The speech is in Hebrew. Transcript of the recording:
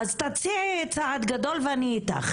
עד תציעי צעד גדול ואני איתך.